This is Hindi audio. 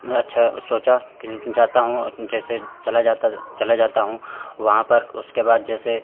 मैं अच्छा ओ सोचा कि लेकिन जाता हूँ और जैसे चला जाता तो चला जाता हूँ वहाँ पर उसके बाद जैसे